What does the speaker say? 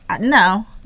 no